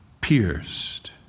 pierced